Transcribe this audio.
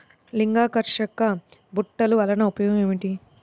లింగాకర్షక బుట్టలు వలన ఉపయోగం ఏమిటి?